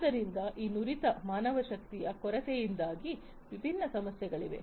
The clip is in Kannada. ಆದ್ದರಿಂದ ಈ ನುರಿತ ಮಾನವಶಕ್ತಿಯ ಕೊರತೆಯಿಂದಾಗಿ ವಿಭಿನ್ನ ಸಮಸ್ಯೆಗಳಿವೆ